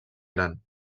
gran